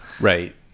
right